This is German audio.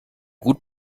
gut